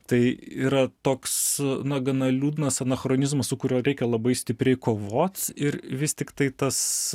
tai yra toks na gana liūdnas anachronizmas su kuriuo reikia labai stipriai kovot ir vis tiktai tas